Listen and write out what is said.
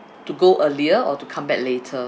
to go earlier or to come back later